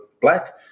black